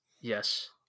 Yes